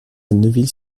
neuville